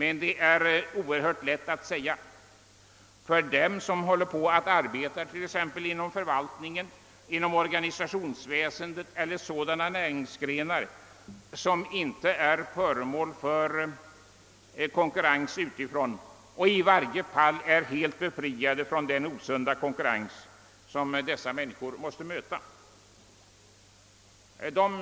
Ja, det är oerhört lätt att säga så för dem som arbetar t.ex. inom förvaltningen, inom organisationsväsendet eller inom sådana näringsgrenar som inte är föremål för konkurrens utifrån och i varje fall är helt befriade från den osunda konkurrens som de människor jag åsyftar måste möta.